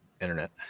internet